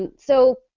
and so,